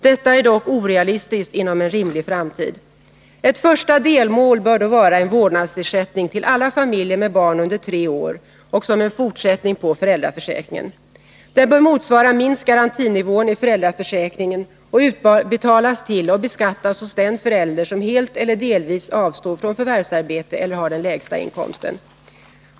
Detta är dock orealistiskt inom en rimlig framtid. Ett första delmål bör då vara en vårdnadsersättning till alla familjer med barn under tre år och som en fortsättning på föräldraförsäkringen. Den bör motsvara minst garantinivån i föräldraförsäkringen och utbetalas till och beskattas hos den förälder som helt eller delvis avstår från förvärvsarbete eller har den lägsta inkomsten.